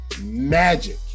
magic